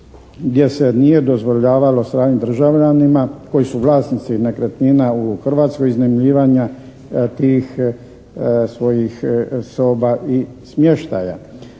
gdje se nije dozvoljavalo stranim državljanima koji su vlasnici nekretnina u Hrvatskoj iznajmljivanja tih svojih soba i smještaja.